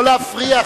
לא להפריע,